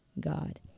God